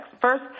First